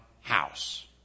house